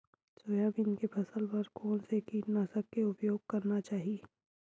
Soybean के फसल बर कोन से कीटनाशक के उपयोग करना चाहि?